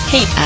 Hey